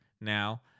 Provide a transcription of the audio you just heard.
now